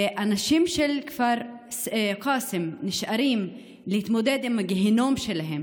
והאנשים של כפר קאסם נשארים להתמודד עם הגיהינום שלהם,